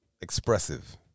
expressive